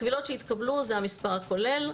קבילות שהתקבלו, זה המספר הכולל.